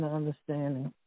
understanding